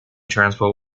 transport